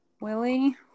Willie